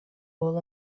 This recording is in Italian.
all